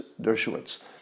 Dershowitz